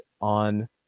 on